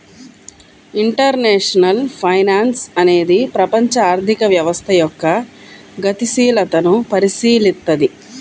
international finance అనేది ప్రపంచ ఆర్థిక వ్యవస్థ యొక్క గతిశీలతను పరిశీలిత్తది